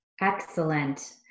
Excellent